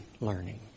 learning